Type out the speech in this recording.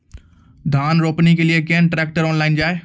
धान रोपनी के लिए केन ट्रैक्टर ऑनलाइन जाए?